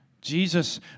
Jesus